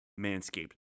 Manscaped